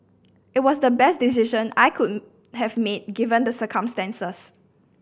it was the best decision I could have made given the circumstances